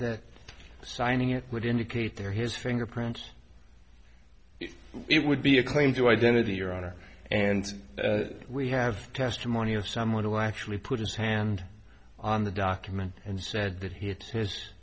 that signing it would indicate there his fingerprints it would be a claim to identity your honor and we have testimony of someone who actually put his hand on the document and said that he had his